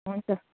हुन्छ